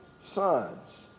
sons